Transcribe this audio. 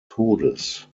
todes